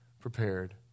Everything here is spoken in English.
prepared